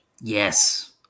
Yes